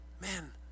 Man